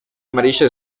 amarillo